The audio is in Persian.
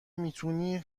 میتونی